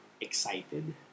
excited